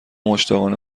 مشتاقانه